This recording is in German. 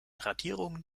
radierungen